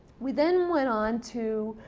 we then went on to